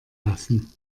lassen